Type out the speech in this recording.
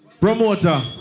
Promoter